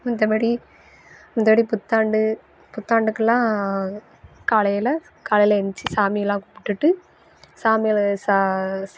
மத்தபடி மத்தபடி புத்தாண்டு புத்தாண்டுக்கெல்லாம் காலையில் காலையில் எந்துச்சி சாமிலாம் கும்பிட்டுட்டு சாமியில் சா